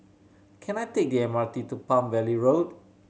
can I take the M R T to Palm Valley Road